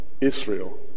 Israel